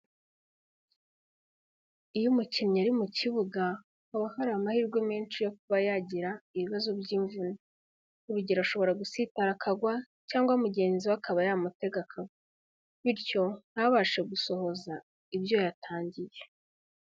Iyo umukinnyi ari mu kibuga haba hari amahirwe menshi yo kuba yagira ibibazo by'imvune urugero, ashobora gusitara akagwa cyangwa mugenzi we akaba yamutega akagwa, bityo ntabashe gusohoza ibyo yatangiye.